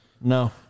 no